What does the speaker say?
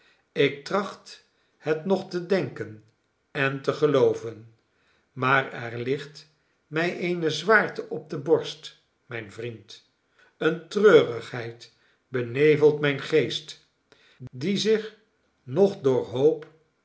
ik tracht het nog te denken en te gelooven maar er ligt mij eene zwaarte op de borst mijn vriend eene treurigheid benevelt mijn geest die zich noch door hoop